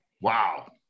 Wow